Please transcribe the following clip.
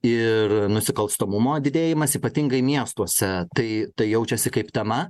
ir nusikalstamumo didėjimas ypatingai miestuose tai tai jaučiasi kaip tema